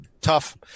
tough